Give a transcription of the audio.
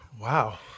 Wow